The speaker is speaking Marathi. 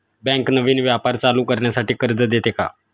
बँक नवीन व्यापार चालू करण्यासाठी कर्ज देते का?